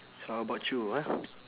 so how about you ah